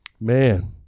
man